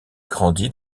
grandit